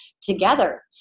together